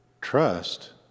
trust